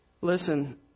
Listen